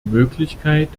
möglichkeit